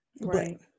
right